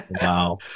Wow